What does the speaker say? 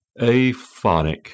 Aphonic